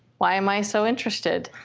why am i so interested?